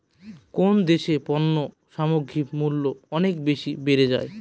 কোন দেশে পণ্য সামগ্রীর মূল্য অনেক বেশি বেড়ে যায়?